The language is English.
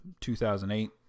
2008